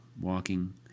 walking